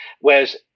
whereas